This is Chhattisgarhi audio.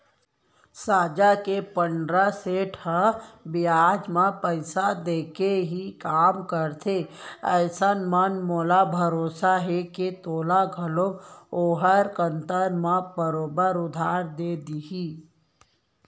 साजा के पंडरा सेठ ह बियाज म पइसा देके ही काम करथे अइसन म मोला भरोसा हे के तोला घलौक ओहर कन्तर म बरोबर उधार दे देही